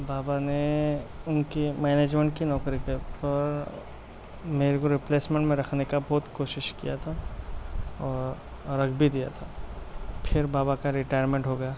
بابا نے ان کی مینجمینٹ کی نوکری پہ پر میرے کو ریپلیسمینٹ میں رکھنے کا بہت کوشش کیا تھا اور رکھ بھی دیا تھا پھر بابا کا ریٹائرمینٹ ہو گیا